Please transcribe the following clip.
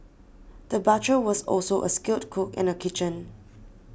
the butcher was also a skilled cook in the kitchen